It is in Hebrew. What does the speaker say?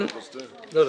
לא, לא.